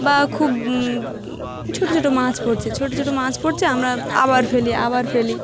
বা খুব ছোটো ছোটো মাছ পড়ছে ছোটো ছোটো মাছ পড়ছে আমরা আবার ফেলি আবার ফেলি